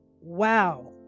Wow